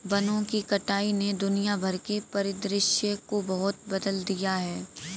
वनों की कटाई ने दुनिया भर के परिदृश्य को बहुत बदल दिया है